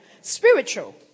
spiritual